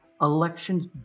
elections